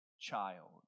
child